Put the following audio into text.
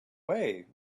way